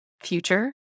future